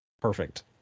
perfect